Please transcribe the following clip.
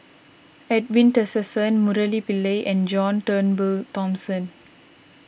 Edwin Tessensohn Murali Pillai and John Turnbull Thomson